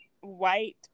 white